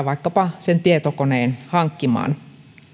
vaikkapa sen tietokoneen hankkimaan